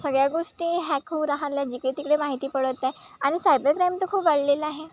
सगळ्या गोष्टी हॅक होऊ राहिल्या जिकडे तिकडे माहिती पडतं आहे आणि सायबर क्राईम तर खूप वाढलेलं आहे